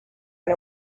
and